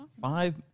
Five